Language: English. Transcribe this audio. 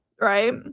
Right